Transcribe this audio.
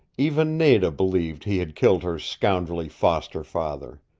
even nada believed he had killed her scoundrelly foster-father.